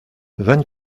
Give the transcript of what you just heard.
vingt